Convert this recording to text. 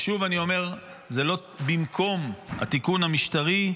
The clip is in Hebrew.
שוב אני אומר, זה לא במקום התיקון המשטרי,